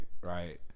right